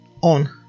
on